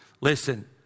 Listen